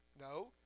No